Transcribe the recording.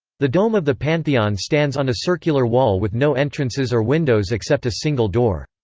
the dome of the pantheon stands on a circular wall with no entrances or windows except a single door.